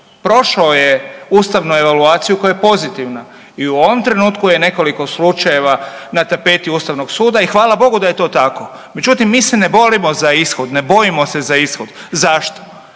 Prošao je ustavnu evaluaciju koja je pozitivna i u ovom trenutku je nekoliko slučajeva na tapeti ustavnog suda i hvala Bogu da je to tako, međutim mi se ne bojimo za ishod, ne bojimo se za ishod. Zašto?